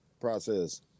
process